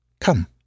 Come